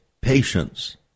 patience